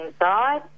inside